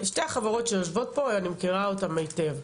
שתי החברות שיושבות פה אני מכירה אותם היטב,